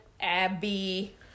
Abby